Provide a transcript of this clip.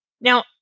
now